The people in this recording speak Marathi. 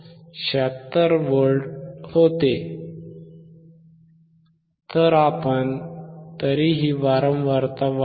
76V होते तर आपण तरीही वारंवारता वाढवू